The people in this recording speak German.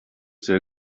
sehr